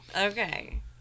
Okay